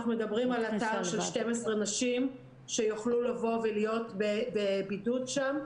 אנחנו מדברים על אתר של 12 נשים שיוכלו לבוא ולהיות בבידוד שם.